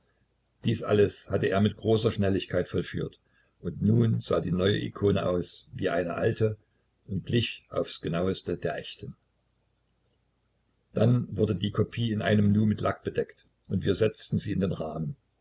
dies alles hatte er mit großer schnelligkeit vollführt und nun sah die neue ikone aus wie eine alte und glich aufs genaueste der echten dann wurde die kopie in einem nu mit lack bedeckt und wir setzten sie in den rahmen